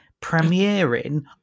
premiering